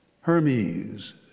Hermes